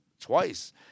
twice